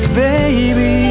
baby